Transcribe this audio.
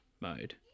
mode